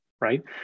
right